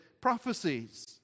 prophecies